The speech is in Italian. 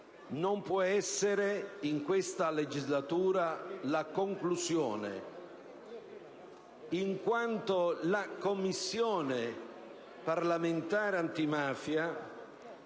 Non può essere in questa legislatura la conclusione, in quanto la Commissione parlamentare antimafia